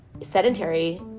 sedentary